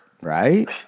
Right